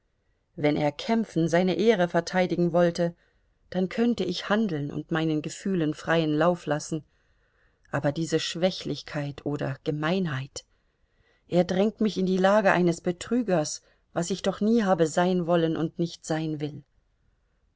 wenn er kämpfen seine ehre verteidigen wollte dann könnte ich handeln und meinen gefühlen freien lauf lassen aber diese schwächlichkeit oder gemeinheit er drängt mich in die lage eines betrügers was ich doch nie habe sein wollen und nicht sein will